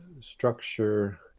structure